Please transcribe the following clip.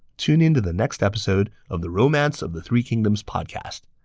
tune in to the next episode of the romance of the three kingdoms podcast.